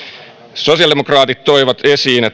sosiaalidemokraatit toivat